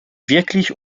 wirklich